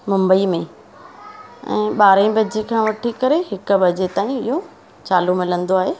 मुंबई में ऐं ॿारहें बजे खां वठी करे हिकु बजे ताईं इहो चालू मिलंदो आहे